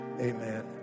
Amen